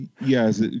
Yes